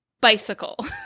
bicycle